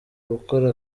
gukora